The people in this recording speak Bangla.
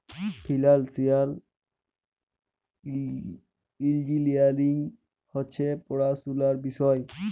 ফিল্যালসিয়াল ইল্জিলিয়ারিং হছে পড়াশুলার বিষয়